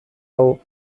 hau